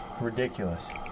ridiculous